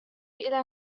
إلى